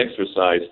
exercise